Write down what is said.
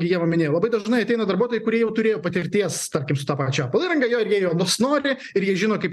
ieva minėjai labai dažnai ateina darbuotojai kurie jau turėjo patirties kaip su ta pačia apple įranga ir jie jos nori ir jie žino kaip